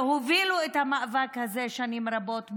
שהובילו את המאבק הזה שנים רבות,